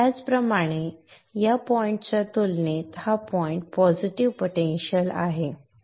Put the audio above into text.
त्याचप्रमाणे या बिंदूच्या तुलनेत हा बिंदू पॉझिटिव्ह पोटेन्शियल आहे